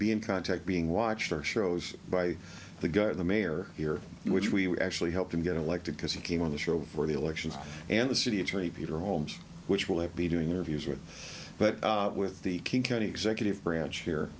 be in contact being watched or shows by the good of the mayor here which we actually helped him get elected because he came on the show before the elections and the city attorney peter holmes which will it be doing interviews with but with the king county executive branch here